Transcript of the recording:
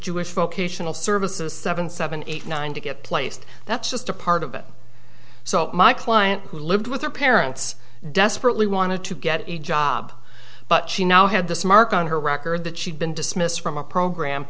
jewish vocational services seven seven eight nine to get placed that's just a part of it so my client who lived with her parents desperately wanted to get a job but she now had this mark on her record that she'd been dismissed from a program